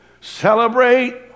celebrate